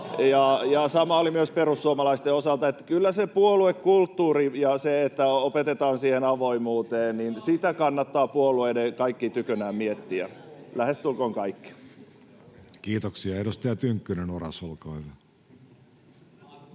Ja sama oli myös perussuomalaisten osalta. Eli kyllä sitä puoluekulttuuria ja sitä, että opetetaan siihen avoimuuteen, kannattaa kaikkien puolueiden tykönään miettiä, lähestulkoon kaikkien. Kiitoksia. — Edustaja Tynkkynen, Oras, olkaa hyvä.